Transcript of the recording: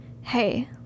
Hey